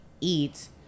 eats